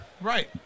Right